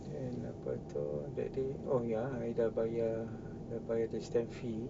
then apa tu that day oh ya I dah bayar stamp fee